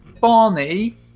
Barney